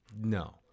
No